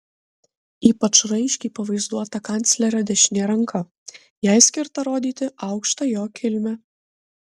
ypač raiškiai pavaizduota kanclerio dešinė ranka jai skirta rodyti aukštą jo kilmę